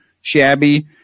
shabby